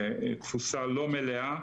תפוסה לא מלאה.